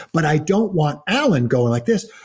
but i don't want alan going like this,